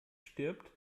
stirbt